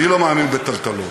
אני לא מאמין בטלטלות,